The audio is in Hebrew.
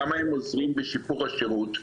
כמה הם עוזרים בשיפור השירות,